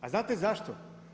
A znate zašto?